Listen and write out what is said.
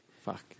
Fuck